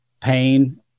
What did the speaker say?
pain